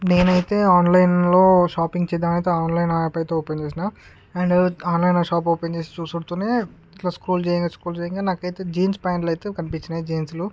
నేనైతే ఆన్లైన్లో షాపింగ్ చేద్దాంమని ఆన్లైన్లో యాప్ అయితే ఓపెన్ చేసినా అండ్ ఆన్లైన్లో షాపు ఓపెన్ చేసి చూస్తూనే ఇట్లా స్క్రోల్ చేయగా స్క్రోల్ చేయగా నాకైతే జీన్స్ ప్యాంట్లయితే కనిపించినాయి జీన్స్లు